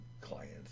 clients